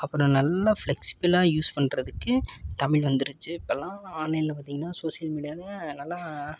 அப்புறம் நல்லா ஃப்ளெக்சிபிளாக யூஸ் பண்ணுறதுக்கு தமிழ் வந்துருச்சு இப்பெல்லாம் ஆன்லைனில் பார்த்தீங்கன்னா சோசியல் மீடியாவில் நல்லா